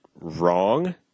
Wrong